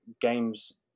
games